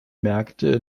märkte